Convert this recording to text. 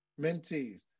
mentees